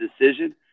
decision